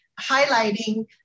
highlighting